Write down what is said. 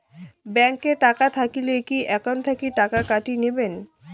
Bank এ টাকা থাকিলে কি একাউন্ট থাকি টাকা কাটি নিবেন?